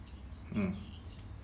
hmm